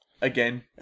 again